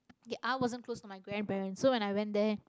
ya I wasn't close to my grandparents so when I went there